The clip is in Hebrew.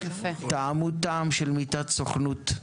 טעמו טעם של מיטת סוכנות,